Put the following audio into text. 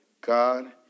God